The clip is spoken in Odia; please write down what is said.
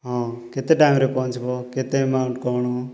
ହଁ କେତେ ଟାଇମ୍ରେ ପହଞ୍ଚିବ କେତେ ଏମାଉଣ୍ଟ୍ କ'ଣ